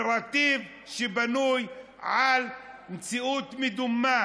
נרטיב שבנוי על מציאות מדומה.